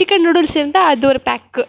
chicken noodles இருந்தால் அது ஒரு பேக்கு